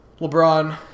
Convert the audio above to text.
LeBron